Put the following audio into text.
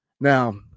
Now